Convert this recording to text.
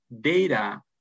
data